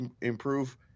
improve